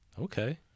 Okay